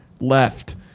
Left